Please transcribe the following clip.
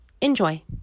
Enjoy